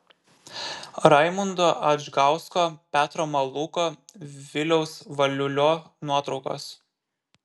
raimundo adžgausko petro malūko viliaus valiulio nuotraukos